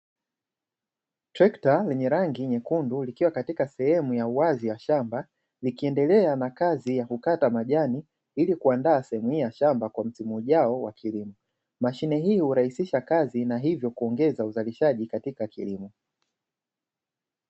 Trekta lenye rangi nyekundu, likiwa katika sehemu ya uwazi ya shamba likiendelea na kazi ya kukata majani ilikuandaa sehemu hii ya shamba kwa msimu ujao wa kilimo, mashine hii hurahisisha kazi na hivyo kuongeza uzalishaji katika kilimo.